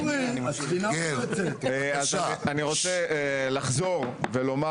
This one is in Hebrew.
אני רוצה לחזור ולומר